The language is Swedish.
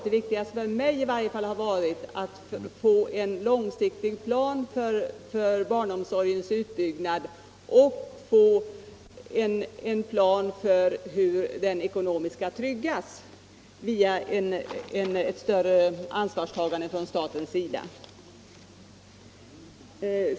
Det viktigaste för mig har varit att få en långsiktig plan för barnomsorgens utbyggnad och för hur den ekonomiskt skall tryggas via ett större ansvarstagande från statens sida.